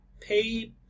pay